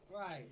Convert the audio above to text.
Right